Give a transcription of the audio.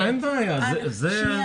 אין בעיה, זה בסדר.